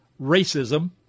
racism